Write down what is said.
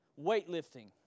Weightlifting